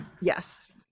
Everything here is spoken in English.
yes